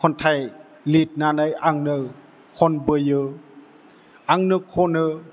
खन्थाइ लिरनानै आंनो खनबोयो आंनो खनो